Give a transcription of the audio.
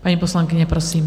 Paní poslankyně, prosím.